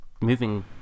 moving